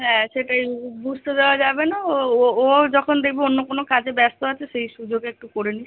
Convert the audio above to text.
হ্যাঁ সেটাই ও বুঝতে দেওয়া যাবে না ও ও ও যখন দেখবে অন্য কোনো কাজে ব্যস্ত আছে সেই সুযোগে একটু করে নিস